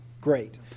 Great